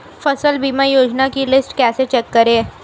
फसल बीमा योजना की लिस्ट कैसे चेक करें?